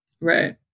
Right